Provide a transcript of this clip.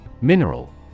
Mineral